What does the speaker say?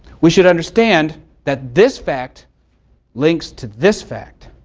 we should understand that this fact links to this fact.